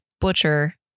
butcher